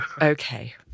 Okay